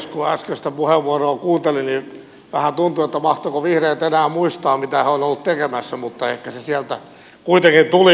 kun äskeistä puheenvuoroa kuunteli niin vähän tuntui että mahtoivatko vihreät enää muistaa mitä he ovat olleet tekemässä mutta ehkä se sieltä kuitenkin tuli